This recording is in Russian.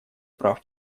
прав